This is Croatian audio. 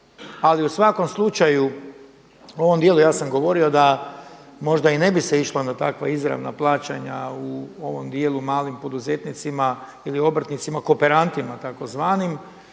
Ali u svakom slučaju u ovom dijelu ja sam govorio da možda i ne bi se išlo na takva izravna plaćanja u ovom dijelu, malim poduzetnicima, obrtnicima, kooperantima tzv.,